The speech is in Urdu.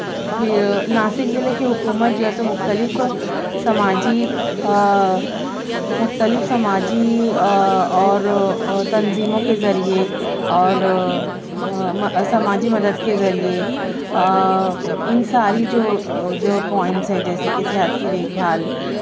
یہ ناسک ضلع کی حکومت جو ہے تو مختلف سماجی مختلف سماجی اور تنظیموں کے ذریعے اور سماجی مدد کے ذریعے ان ساری جو جو پوائنٹس ہیں جیسے کہ صحت کی دیکھ بھال